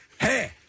Hey